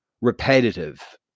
repetitive